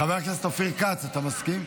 חבר הכנסת אופיר כץ, אתה מסכים?